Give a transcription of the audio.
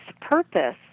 purpose